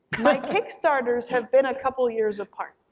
my kickstarters have been a couple years apart.